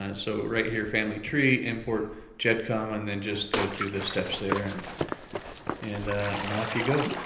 and so right here family tree, import gedcom and then just go through the steps there. and and and off you go.